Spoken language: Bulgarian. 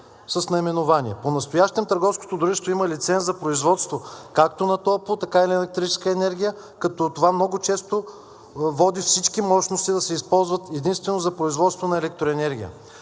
с наименование. Понастоящем търговското дружество има лиценз за производство както на топло-, така и на електрическа енергия, като това много често води всички мощности да се използват единствено за производство на електроенергия.